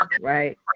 right